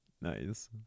Nice